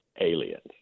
aliens